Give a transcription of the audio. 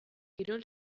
kirol